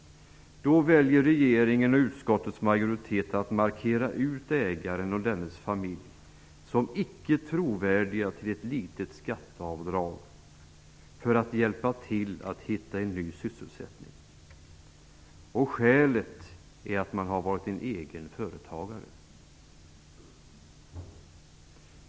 Då väljer regeringen och utskottets majoritet att markera ut ägaren och dennes familj som icke trovärdiga till ett litet skatteavdrag för att hjälpa till att hitta ny sysselsättning. Och skälet är att man har varit egen företagare!